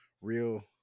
real